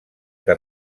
que